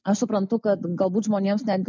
aš suprantu kad galbūt žmonėms netgi